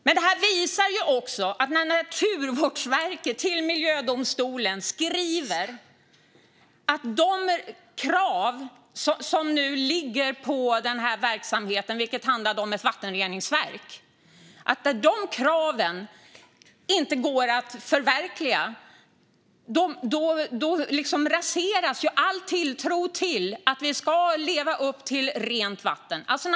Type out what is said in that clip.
Men detta visar också att när Naturvårdsverket till miljödomstolen skriver att de krav som nu ligger på verksamheten, ett vattenreningsverk, inte går att förverkliga raseras all tilltro till att vi ska leva upp till målet Rent vatten.